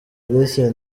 alicia